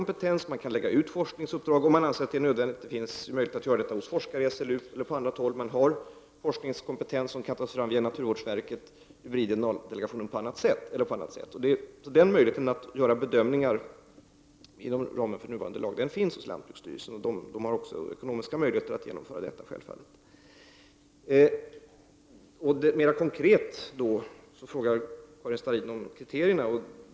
Lantbruksstyrelsen kan köpa kompetens, och man kan, om man anser att det är nödvändigt, lägga ut forskningsuppdrag — man kan använda forskare i SLU och man kan ta fram forskningskompetens genom naturvårdsverket, genom hybrid-DNA-delegationen eller på annat sätt. Möjlighet att göra bedömningar inom ramen för nuvarande lag finns alltså hos lantbruksstyrelsen. Man har självfallet också ekonomiska möjligheter att genomföra detta. Mer konkret frågar Karin Starrin om kriterierna.